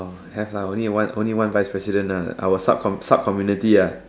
have a only one only one vice president ah our sub subcommunity ah